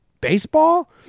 baseball